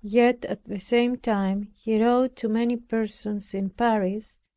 yet at the same time he wrote to many persons in paris,